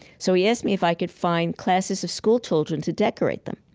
so he asked me if i could find classes of school children to decorate them.